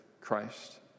Christ